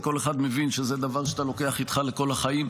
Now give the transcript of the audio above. וכל אחד מבין שזה דבר שאתה לוקח איתך לכל החיים,